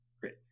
Great